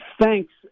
thanks